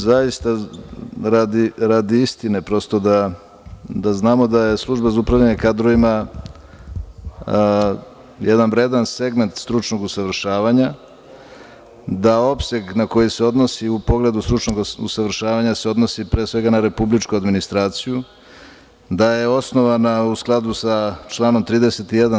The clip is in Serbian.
Zaista, radi istine, prosto da znamo da je Služba za upravljanje kadrovima jedan vredan segment stručnog usavršavanja, da opseg na koji se odnosi u pogledu stručnog usavršavanja se odnosi pre svega na republičku administraciju, da je osnovana u skladu sa članom 31.